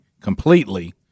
completely